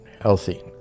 healthy